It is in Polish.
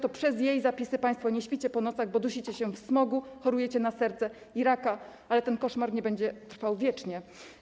To przez jej zapisy państwo nie śpicie po nocach, bo dusicie się w smogu, chorujecie na serce i raka, ale ten koszmar nie będzie trwał wiecznie.